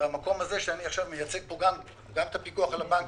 במקום הזה, שאני מייצג פה גם את הפיקוח על הבנקים,